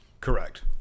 Correct